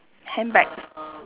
handbags